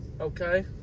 Okay